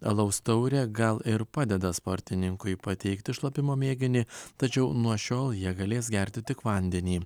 alaus taurė gal ir padeda sportininkui pateikti šlapimo mėginį tačiau nuo šiol jie galės gerti tik vandenį